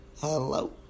hello